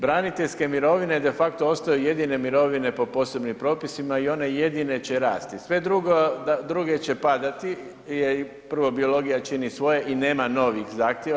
Braniteljske mirovine de facto ostaju jedine mirovine po posebnim propisima i one jedine će rasti, sve druge će padati jer prvo biologija čini svoje i nema novih zahtjeva.